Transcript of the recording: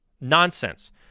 Nonsense